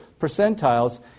percentiles